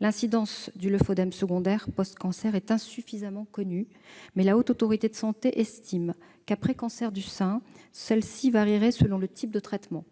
L'incidence du lymphoedème secondaire post-cancer est insuffisamment connue, mais la Haute Autorité de santé, la HAS, estime qu'après cancer du sein celle-ci varierait selon le type de traitement